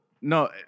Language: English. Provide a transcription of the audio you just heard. No